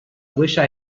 wished